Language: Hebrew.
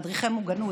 מדריכי מוגנות,